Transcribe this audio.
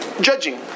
judging